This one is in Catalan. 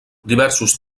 diversos